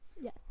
Yes